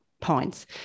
points